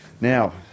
Now